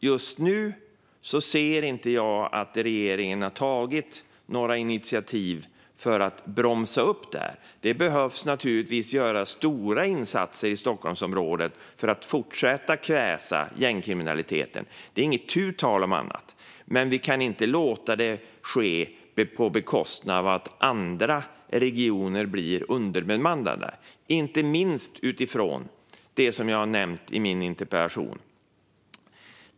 Just nu ser jag inte att regeringen har tagit några initiativ för att bromsa detta. Det behövs naturligtvis stora insatser i Stockholmsområdet för att fortsätta kväsa gängkriminaliteten. Det är inte tal om annat. Men vi kan inte låta det ske på bekostnad av att andra regioner blir underbemannade. Inte minst handlar det om det som jag nämnt i min interpellation.